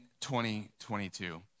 2022